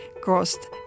cost